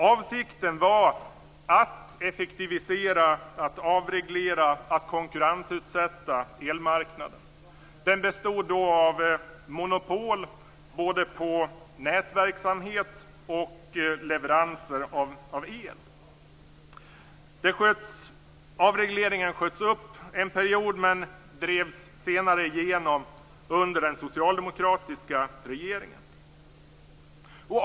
Avsikten var att effektivisera, att avreglera, att konkurrensutsätta elmarknaden. Den bestod då av monopol både på nätverksamhet och på leveranser av el. Avregleringen sköts upp en period, men drevs senare igenom under den socialdemokratiska regeringen.